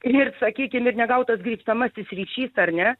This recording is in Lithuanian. ir sakykim ir negautas grįžtamasis ryšys ar ne